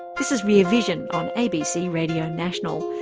this is rear vision on abc radio national.